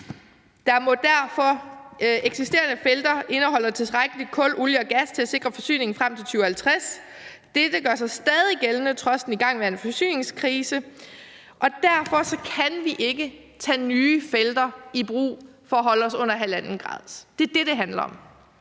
står der, at »eksisterende felter indeholder tilstrækkelig kul, olie og gas til at sikre forsyningen frem mod 2050. Dette gør sig stadig gældende trods den igangværende forsyningskrise«. Derfor kan vi ikke tage nye felter i brug, hvis vi skal holde os under 1,5 grader. Det er det, det handler om.